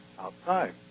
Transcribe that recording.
outside